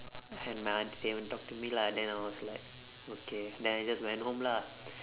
and my auntie didn't talk to me lah then I was like okay then I just went home lah